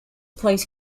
plays